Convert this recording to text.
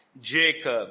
Jacob